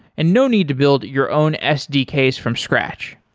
and no need to build your own sdks from scratch.